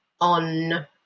on